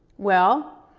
well,